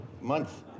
month